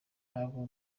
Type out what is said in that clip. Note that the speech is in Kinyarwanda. impamvu